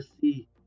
see